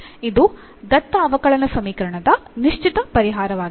ಇದು ದತ್ತ ಅವಕಲನ ಸಮೀಕರಣದ ನಿಶ್ಚಿತ ಪರಿಹಾರವಾಗಿದೆ